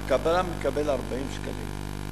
הקבלן מקבל 40 שקלים.